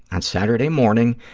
on saturday morning,